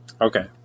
Okay